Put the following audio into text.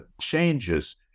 changes